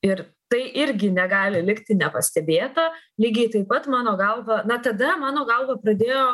ir tai irgi negali likti nepastebėta lygiai taip pat mano galva na tada mano galva pradėjo